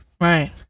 Right